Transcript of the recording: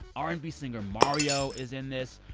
r and b singer mario is in this.